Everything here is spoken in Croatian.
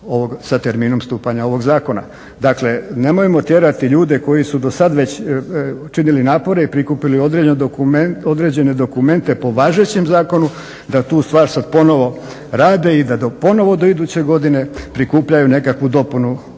sa terminom stupanja ovog zakona. Dakle, nemojmo tjerati ljude koji su dosad već učinili napore i prikupili određene dokumente po važećem zakonu da tu stvar sad ponovo rade i da ponovo do iduće godine prikupljaju nekakvu dopunu